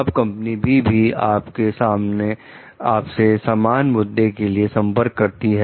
अब company " B" भी आपसे समान मुद्दे के लिए संपर्क करती है